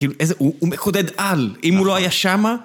‫הוא מחודד על, אם הוא לא היה שמה...